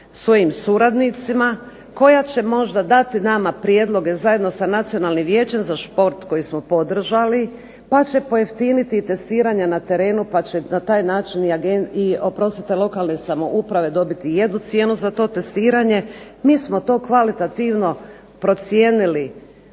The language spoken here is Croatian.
svojim suradnicima, koja će možda dati nama prijedloge zajedno sa Nacionalnim vijećem za šport koji smo podržali, pa će pojeftiniti i testiranja na terenu pa će na taj način i lokalne samouprave dobiti jednu cijenu za to testiranje, mi smo to kvalitativno procijenili